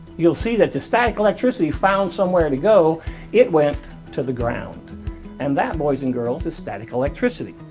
you'll see that the static electricity found somewhere to go it went to the ground and that boys and girls to static electricity.